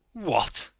what!